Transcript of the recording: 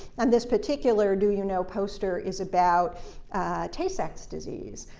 and this particular do you know? poster is about tay-sachs disease.